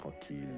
tranquille